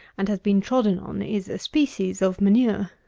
and has been trodden on, is a species of manure.